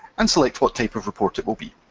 and select what type of report it will be.